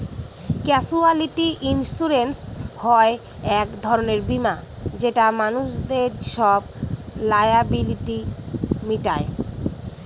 casualty insurance হয় এক ধরনের বীমা যেটা মানুষদের সব লায়াবিলিটি মিটায়